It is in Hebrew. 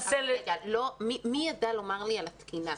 מי יידע לומר לי על התקינה?